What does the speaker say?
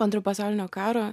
antro pasaulinio karo